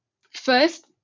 First